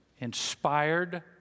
inspired